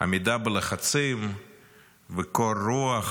עמידה בלחצים וקור רוח.